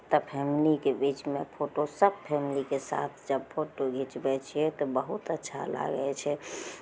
तब फैमिलीके बीचमे फोटो सभ फैमिलीके साथ जब फोटो घिचबै छियै तऽ बहुत अच्छा लागै छै